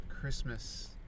Christmas